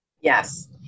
Yes